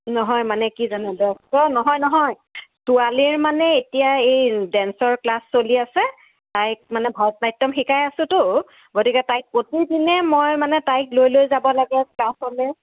নহয় মানে কি জানে অঁ নহয় নহয় ছোৱালীৰ মানে এতিয়া এই ডেঞ্চৰ ক্লাছ চলি আছে তাইক মানে ভাৰত ন্যাটম শিকাই আছোঁতো গতিকে তাইক প্ৰতিদিনে মই মানে তাইক লৈ লৈ যাব লাগে ক্লাছলৈ